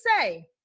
say